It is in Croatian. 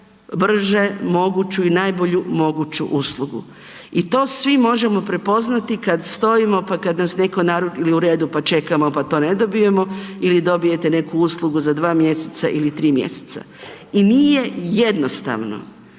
I nije jednostavno